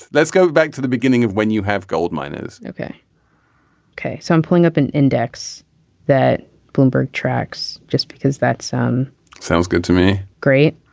let's go back to the beginning of when you have gold miners ok ok. so i'm putting up an index that bloomberg tracks just because that so um sounds good to me. great.